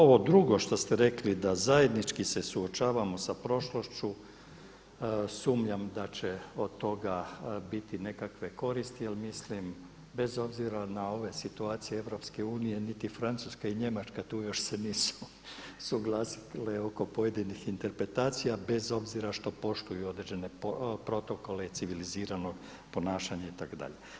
Ovo drugo što ste rekli da zajednički se suočavamo sa prošlošću, sumnjam da će od toga biti nekakve koristi jer mislim bez obzira na ove situacije Europske Unije niti Francuska i Njemačka tu još se nisu suglasile oko pojedinih interpretacija bez obzira što poštuju određene protokole i civilizirano ponašanje itd.